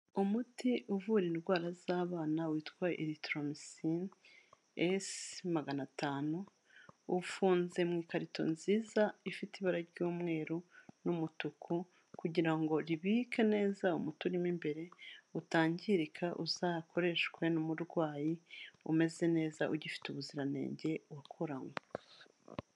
Umuti uvura indwara z'abana witwa etramu c magana atanu. Ufunze mu ikarito nziza ifite ibara ry'umweru n'umutuku kugira ngo ribike neza umuti urimo imbere utangirika uzakoreshwe n'umurwayi umeze neza ugifite ubuziranenge wakoranywe.